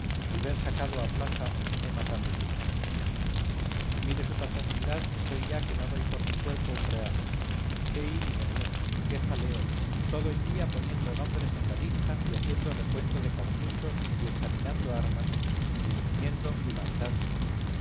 el ver sacado a plaza un tema tan de su gusto mire su paternidad que estoy ya que no doy por mi cuerpo un real qué ir y venir qué jaleo todo el día poniendo nombres en la lista y haciendo recuento de cartuchos y examinando armas y disponiendo y mandando